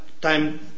time